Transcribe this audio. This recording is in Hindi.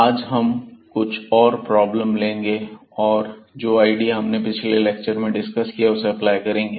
आज हम कुछ और प्रॉब्लम लेंगे और जो आईडिया हमने पिछले लेक्चर में डिस्कस किया है उसे अप्लाई करेंगे